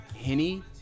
Henny